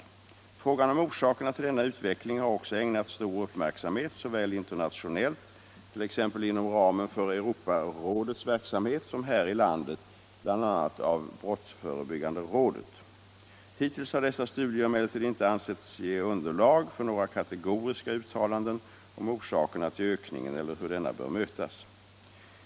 Frågan om orsakerna till denna utveckling har också ägnats stor uppmärksamhet såväl internationellt, t.ex. inom ramen för Europarådets verksamhet, som här i landet, bl.a. av brottsförebyggande rådet. Hittills har dessa studier emellertid inte ansetts ge underlag för några kategoriska uttalanden om orsakerna till ökningen eller hur denna bör mötas.